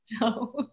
No